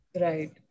Right